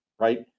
right